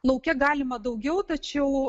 lauke galima daugiau tačiau